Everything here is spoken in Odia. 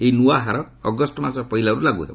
ଏହି ନ୍ନଆ ହାର ଅଗଷ୍ଟ ମାସ ପହିଲାରୁ ଲାଗୁ ହେବ